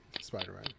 Spider-Man